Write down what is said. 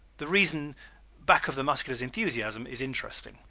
the reason back of the muscular's enthusiasm is interesting.